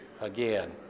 again